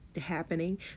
happening